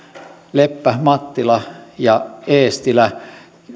leppä mattila ja eestilä